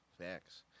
Facts